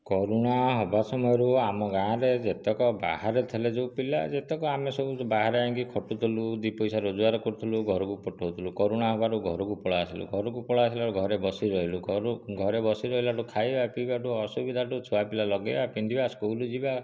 କରୁଣା ହବା ସମୟରୁ ଆମ ଗାଁରେ ଯେତେକ ବାହାରେ ଥିଲେ ଯେଉଁ ପିଲା ଯେତକ ଆମେ ସବୁ ବାହାରେ ଯାଇକି ଖଟୁଥିଲୁ ଦି ପଇସା ରୋଜଗାର କରୁଥିଲୁ ଘରକୁ ପଠାଉଥିଲୁ କରୁଣା ହେବାରୁ ଘରକୁ ପଳାଇଆସିଲୁ ଘରକୁ ପଳାଇଆସିଲାଠୁ ଘରେ ବସିରହିଲୁ ଘରେ ବସିରହିଲାଠୁ ଖାଇବା ପିଇବା ଠୁ ଅସୁବିଧାଠୁ ଛୁଆପିଲା ଲଗାଇବା ପିନ୍ଧିବା ସ୍କୁଲ ଯିବା